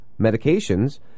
medications